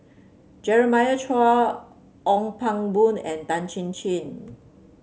Jeremiah Choy Ong Pang Boon and Tan Chin Chin